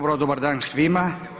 Dobar dan svima.